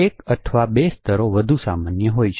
પરંતુ 1 અથવા 2 સ્તરો વધુ સામાન્ય હોય છે